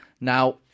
Now